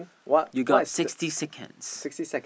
you got sixty seconds